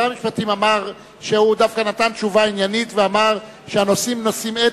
שר המשפטים נתן תשובה עניינית ואמר שהנושאים נושאים אתיים.